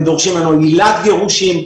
הם דורשים מהם עילת גירושים,